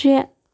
شےٚ